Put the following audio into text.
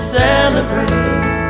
celebrate